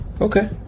Okay